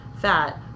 fat